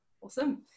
Awesome